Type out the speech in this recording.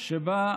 שבו